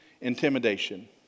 intimidation